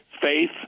faith